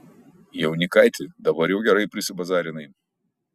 jaunikaiti dabar jau gerai prisibazarinai